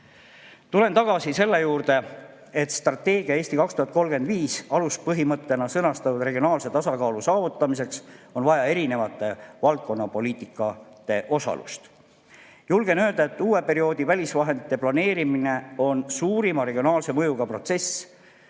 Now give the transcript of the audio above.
Tulen tagasi selle juurde, et strateegia "Eesti 2035" aluspõhimõttena sõnastatud regionaalse tasakaalu saavutamiseks on vaja eri valdkondade poliitika osalust. Julgen öelda, et uue perioodi välisvahendite planeerimine on suurima regionaalse mõjuga protsess